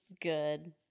good